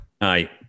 aye